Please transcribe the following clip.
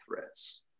threats